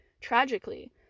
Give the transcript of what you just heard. Tragically